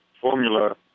formula